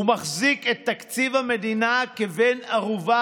הוא מחזיק את תקציב המדינה כבן ערובה